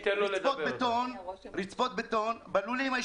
רצפות בטון בלולים.